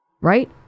right